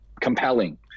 compelling